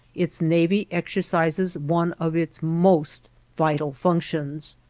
its navy exercises one of its most vital functions.